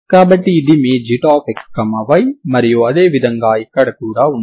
కాబట్టి ఇది మీ xy మరియు అదే విధంగా ఇక్కడ కూడా ఉండాలి